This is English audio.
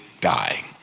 die